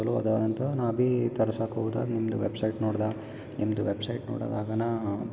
ಚಲೋ ಅದಾ ಅಂತ ನಾ ಬಿ ತರ್ಸೋಕ್ ಹೋದಾಗ ನಿಮ್ದು ವೆಬ್ಸೈಟ್ ನೋಡ್ದೆ ನಿಮ್ದು ವೆಬ್ಸೈಟ್ ನೋಡದಾಗನ